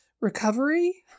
recovery